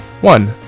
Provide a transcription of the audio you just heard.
one